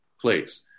place